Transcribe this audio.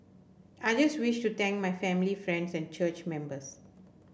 I just wish to thank my family friends and church members